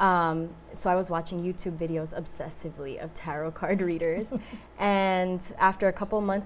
so i was watching you tube videos obsessively of taro card readers and after a couple months